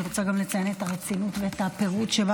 אני רוצה לציין את הרצינות והפירוט שבה